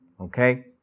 Okay